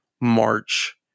march